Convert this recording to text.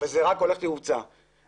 וזה כבר הולך וצובר תאוצה.